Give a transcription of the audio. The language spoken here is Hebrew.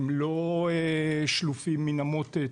הם לא שלופים מהמותן.